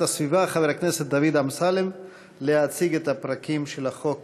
הסביבה חבר הכנסת דוד אמסלם להציג את הפרקים של החוק